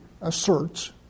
asserts